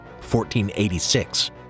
1486